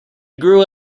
grew